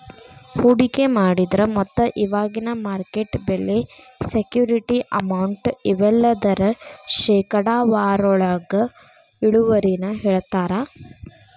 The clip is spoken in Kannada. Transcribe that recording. ಹೂಡಿಕೆ ಮಾಡಿದ್ರ ಮೊತ್ತ ಇವಾಗಿನ ಮಾರ್ಕೆಟ್ ಬೆಲೆ ಸೆಕ್ಯೂರಿಟಿ ಅಮೌಂಟ್ ಇವೆಲ್ಲದರ ಶೇಕಡಾವಾರೊಳಗ ಇಳುವರಿನ ಹೇಳ್ತಾರಾ